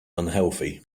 unhealthy